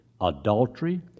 Adultery